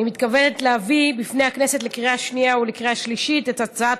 אני מתכבדת להביא לפני הכנסת לקריאה שנייה ולקריאה שלישית את הצעת